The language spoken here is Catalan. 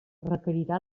requerirà